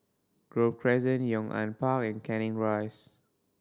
Grove Crescent Yong An Park and Canning Rise